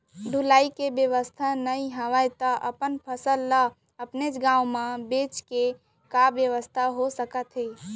ढुलाई के बेवस्था नई हवय ता अपन फसल ला अपनेच गांव मा बेचे के का बेवस्था हो सकत हे?